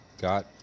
got